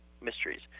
mysteries